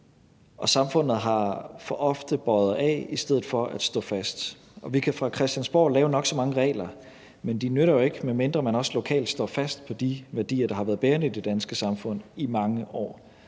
samfundet har for ofte bøjet af i stedet for at stå fast. Vi kan fra Christiansborg lave nok så mange regler, men de nytter jo ikke, medmindre man også lokalt står fast på de værdier, der har været bærende i det danske samfund i mange år.